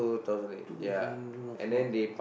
two weeks then two four